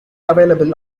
available